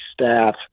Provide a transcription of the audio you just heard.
staff